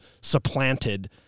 supplanted